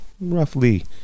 roughly